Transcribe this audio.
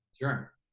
sure